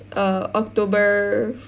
err October